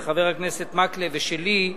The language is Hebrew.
של חבר הכנסת מקלב ושלי,